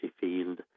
field